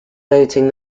voting